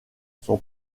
son